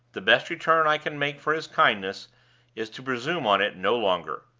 the best return i can make for his kindness is to presume on it no longer.